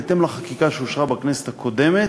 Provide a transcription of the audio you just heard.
בהתאם לחקיקה שאושרה בכנסת הקודמת,